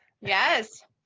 Yes